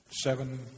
seven